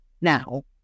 now